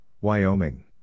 Wyoming